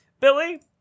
Billy